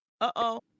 Uh-oh